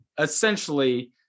essentially